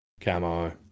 camo